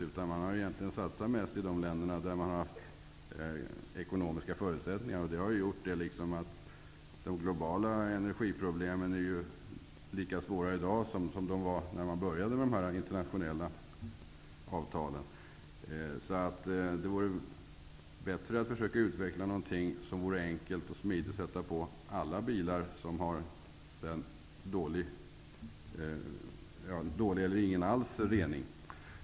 Det har satsats mest i de länder som har haft ekonomiska förutsättningar. Det har gjort att de globala energiproblemen är lika svåra i dag som de var när man slöt dessa internationella avtal. Det vore bättre att försöka utveckla en apparatur som var enkel och smidig att sätta på alla bilar med dålig eller ingen rening alls.